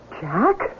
Jack